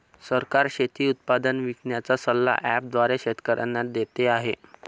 सरकार शेती उत्पादन विकण्याचा सल्ला ॲप द्वारे शेतकऱ्यांना देते आहे